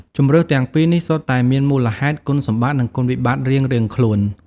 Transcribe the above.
ជម្រើសទាំងពីរនេះសុទ្ធតែមានមូលហេតុ គុណសម្បត្តិ និងគុណវិបត្តិរៀងៗខ្លួន។